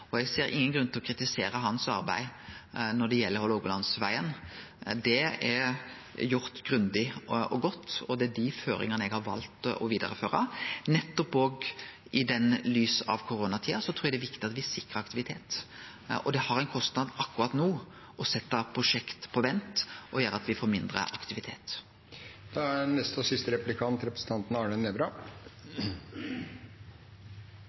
hans når det gjeld Hålogalandsvegen. Det er gjort grundig og godt, og det er dei føringane eg har valt å vidareføre. Nettopp i lys av koronatida trur eg det er viktig at me sikrar aktivitet. Det har ein kostnad akkurat no å setje prosjekt på vent, som gjer at me får mindre aktivitet. Jeg er